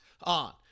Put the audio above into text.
on